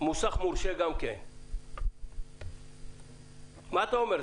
מוסך מורשה מה אתה אומר?